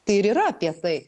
tai ir yra apie tai